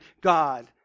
God